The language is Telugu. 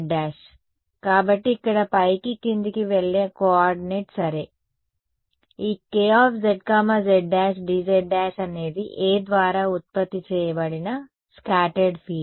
I z' కాబట్టి ఇక్కడ పైకి క్రిందికి వెళ్ళే కోఆర్డినేట్ సరే ఈ Kzz′ dz′ అనేది A ద్వారా ఉత్పత్తి చేయబడిన స్కాటర్డ్ ఫీల్డ్